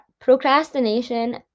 procrastination